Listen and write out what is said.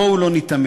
בואו לא ניתמם.